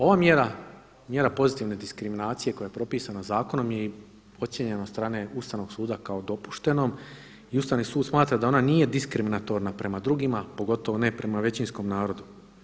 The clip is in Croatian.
Ova mjera, mjera pozitivne diskriminacije koja je propisana zakonom je ocijenjena i od strane Ustavnog suda kao dopuštenom i Ustavni sud smatra da ona nije diskriminatorna prema drugima, pogotovo ne prema većinskom narodu.